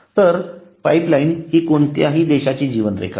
तर पाइपलाइन ही कोणत्याही देशाची जीवनरेखा असते